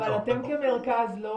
אבל אתם כמרכז לא